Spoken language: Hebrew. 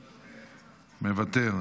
מוותר.